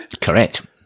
Correct